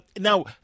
now